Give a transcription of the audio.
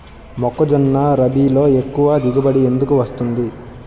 మొక్కజొన్న రబీలో ఎక్కువ దిగుబడి ఎందుకు వస్తుంది?